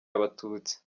abatutsi